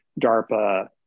DARPA